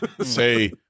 say